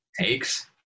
takes